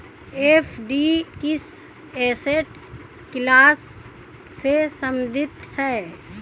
FD किस asset class से संबंधित है?